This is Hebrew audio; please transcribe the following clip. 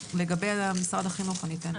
לגבי משרד החינוך, אני אתן להם להתייחס.